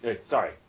Sorry